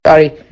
Sorry